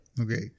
Okay